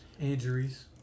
Injuries